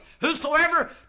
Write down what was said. whosoever